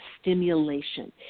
stimulation